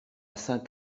saint